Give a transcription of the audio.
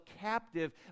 captive